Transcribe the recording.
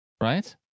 right